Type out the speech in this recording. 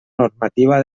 normativa